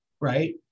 Right